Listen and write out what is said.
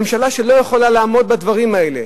ממשלה שלא יכולה לעמוד בדברים האלה,